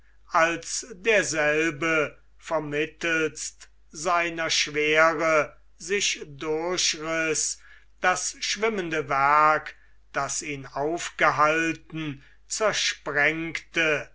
als derselbe vermittelst seiner schwere sich durchriß das schwimmende werk das ihn aufgehalten zersprengte